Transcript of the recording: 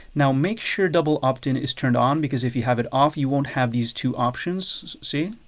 now make sure double opt-in is turned on because if you have it off you won't have these two options. see,